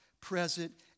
present